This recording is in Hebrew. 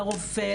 לרופא,